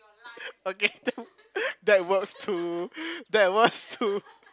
okay that that works too that works too